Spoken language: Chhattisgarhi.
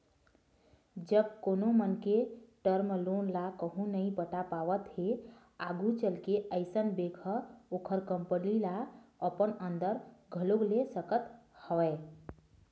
जब कोनो मनखे टर्म लोन ल कहूँ नइ पटा पावत हे आघू चलके अइसन बेंक ह ओखर कंपनी ल अपन अंदर घलोक ले सकत हवय